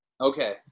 Okay